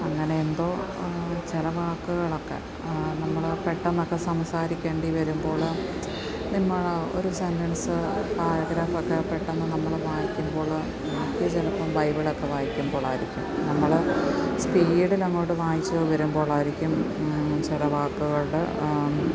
അങ്ങനെയെന്തോ ചില വാക്കുകളൊക്കെ നമ്മള് പെട്ടെന്നൊക്കെ സംസാരിക്കേണ്ടിവരുമ്പോള് എന്താണ് ഒരു സെന്റൻസ് പാരഗ്രാഫൊക്കെ പെട്ടെന്ന് നമ്മൾ വായിക്കുമ്പോള് എനിക്ക് ചിലപ്പോള് ബൈബിളൊക്കെ വായിക്കുമ്പോഴായിരിക്കും നമ്മള് സ്പീഡിലങ്ങോട്ട് വായിച്ച് വരുമ്പോഴായിരിക്കും ചില വാക്കുകളുടെ